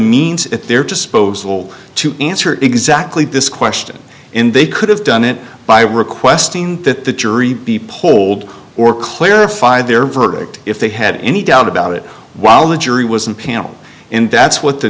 means at their disposal to answer exactly this question in they could have done it by requesting that the jury be polled or clarified their verdict if they had any doubt about it while the jury was in panel and that's what the